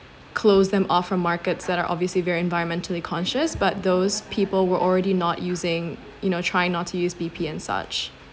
close them offer markets that are obviously very environmentally conscious but those people were already not using you know try not to use B_P and such